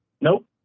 Nope